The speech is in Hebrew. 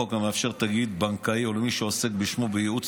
לחוק ולאפשר לתאגיד בנקאי או למי שעוסק בשמו בייעוץ